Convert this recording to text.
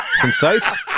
concise